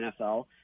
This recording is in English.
NFL